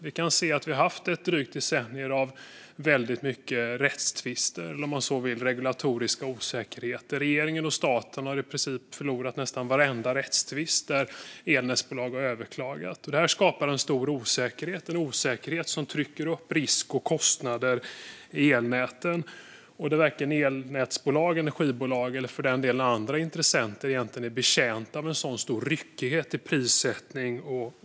Vi har haft drygt ett decennium av väldigt mycket rättstvister eller, om man så vill, regulatoriska osäkerheter. Regeringen och staten har i princip förlorat nästan varenda rättstvist där elnätsbolag har överklagat. Detta skapar en stor osäkerhet, en osäkerhet som trycker upp risker och kostnader i elnäten. Varken elnätsbolag, energibolag eller andra intressenter är betjänta av en osäkerhet och en så stor ryckighet i prissättning.